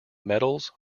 metals